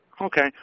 Okay